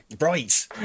Right